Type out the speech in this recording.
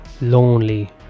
lonely